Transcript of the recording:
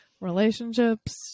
relationships